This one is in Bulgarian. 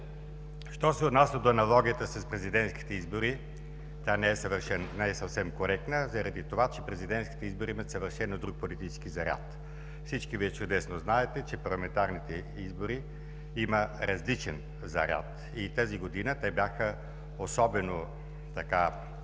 Що се отнася до аналогията с президентските избори, тя не е съвсем коректна заради това, че президентските избори имат съвършено друг политически заряд. Всички Вие чудесно знаете, че парламентарните избори имат различен заряд и тази година те бяха особено